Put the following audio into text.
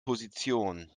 position